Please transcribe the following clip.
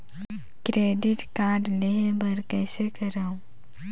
Credit card लेहे बर कइसे करव?